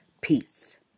Peace